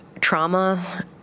trauma